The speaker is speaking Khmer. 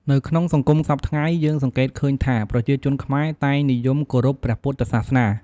នៅក្នុងសង្គមសព្វថ្ងៃ យើងសង្កេតឃើញថាប្រជាជនខ្មែរតែងនិយមគោរពព្រះពុទ្ធសាសនា។